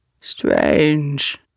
Strange